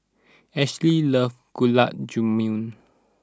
Ashly loves Gulab Jamun